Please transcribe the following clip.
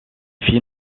fit